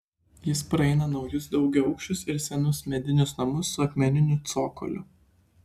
jis praeina naujus daugiaaukščius ir senus medinius namus su akmeniniu cokoliu